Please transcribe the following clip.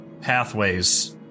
pathways